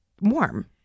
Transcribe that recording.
warm